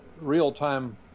real-time